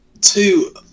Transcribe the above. Two